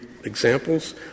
examples